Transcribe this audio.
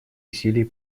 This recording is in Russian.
усилий